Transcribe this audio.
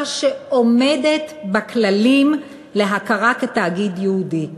שעומדת בכללים להכרה כתאגיד ייעודי.